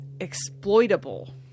exploitable